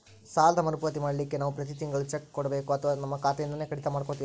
ಸಾಲದ ಮರುಪಾವತಿ ಮಾಡ್ಲಿಕ್ಕೆ ನಾವು ಪ್ರತಿ ತಿಂಗಳು ಚೆಕ್ಕು ಕೊಡಬೇಕೋ ಅಥವಾ ನಮ್ಮ ಖಾತೆಯಿಂದನೆ ಕಡಿತ ಮಾಡ್ಕೊತಿರೋ?